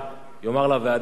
לכו תעשו שיעורי-בית,